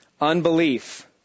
Unbelief